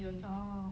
oh